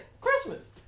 Christmas